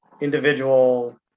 Individual